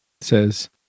says